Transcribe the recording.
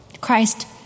Christ